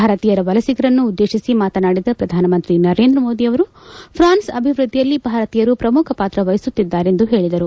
ಭಾರತೀಯರ ವಲಸಿಗರನ್ನು ಉದ್ದೇತಿಸಿ ಮಾತನಾಡಿದ ಪ್ರಧಾನಮಂತ್ರಿ ನರೇಂದ್ರ ಮೋದಿ ಅವರು ಫ್ರಾನ್ಬ್ ಅಭಿವ್ಯದ್ಲಿಯಲ್ಲಿ ಭಾರತೀಯರು ಪ್ರಮುಖ ಪಾತ್ರ ವಹಿಸುತ್ತಿದ್ಗಾರೆ ಎಂದು ಹೇಳಿದರು